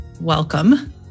welcome